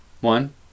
One